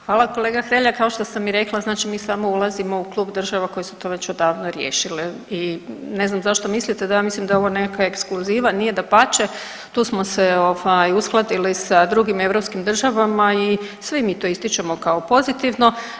Hvala kolega Hrelja, kao što sam i rekla, znači mi sam o ulazimo u klub država koje su to već odavno riješile i ne znam zašto mislite da ja mislim da je ovo nekakva ekskluziva, nije dapače tu smo se ovaj uskladili sa drugim europskim državama i svi mi to ističemo kao pozivno.